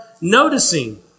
noticing